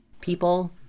people